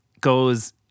goes